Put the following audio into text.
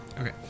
Okay